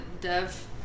dev